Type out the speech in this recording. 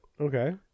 Okay